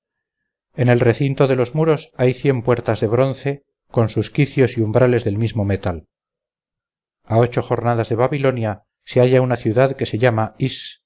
en el recinto de los muros hay cien puertas de bronce con sus quicios y umbrales del mismo metal a ocho jornadas de babilonia se halla una ciudad que se llama is